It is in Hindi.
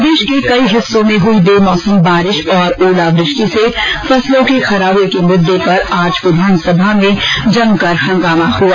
प्रदेश के कई हिस्सों में हुई बेमौसम बारिश और ओलावृष्टि से फसलों के खराबे के मुददे पर आज विधानसभा में जमकर हंगामा हुआ